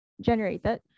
generated